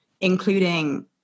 including